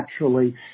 naturally